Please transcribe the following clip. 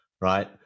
right